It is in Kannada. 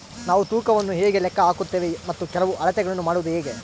ನಾವು ತೂಕವನ್ನು ಹೇಗೆ ಲೆಕ್ಕ ಹಾಕುತ್ತೇವೆ ಮತ್ತು ಕೆಲವು ಅಳತೆಗಳನ್ನು ಮಾಡುವುದು ಹೇಗೆ?